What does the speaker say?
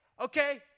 okay